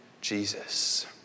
Jesus